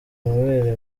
amabere